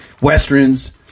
westerns